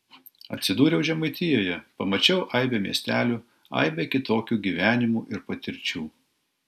atsidūriau žemaitijoje pamačiau aibę miestelių aibę kitokių gyvenimų ir patirčių